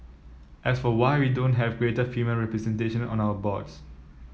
as for why we don't have greater female representation on our boards